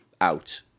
out